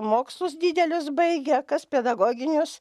mokslus didelius baigė kas pedagoginius